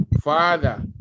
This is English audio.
Father